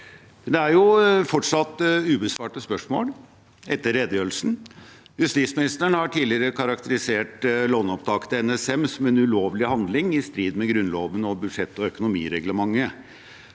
Det er fortsatt ubesvarte spørsmål etter redegjørelsen. Justisministeren har tidligere karakterisert låneopptaket til NSM som en ulovlig handling i strid med Grunnloven og budsjett- og økonomireglementet.